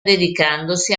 dedicandosi